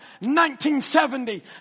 1970